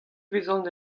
vezan